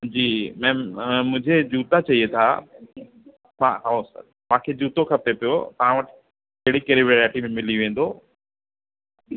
जी ma'am मुझे जूता चाहिए था हा ओ सॉरी मूंखे जूतो खपे पियो तव्हां वटि कहिड़ी कहिड़ी वैराएटी में मिली वेंदो